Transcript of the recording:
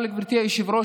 אבל גברתי היושבת-ראש,